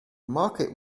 market